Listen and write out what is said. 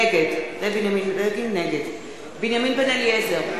נגד בנימין בן-אליעזר,